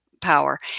power